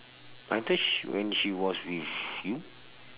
I thought sh~ when she was with you